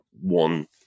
one